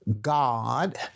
God